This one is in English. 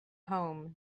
home